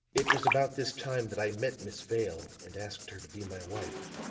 it was about this time that i met miss vale and asked her to be my wife